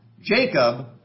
Jacob